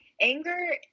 anger